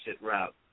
route